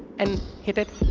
and hit it,